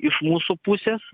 iš mūsų pusės